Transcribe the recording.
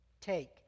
take